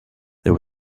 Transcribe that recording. there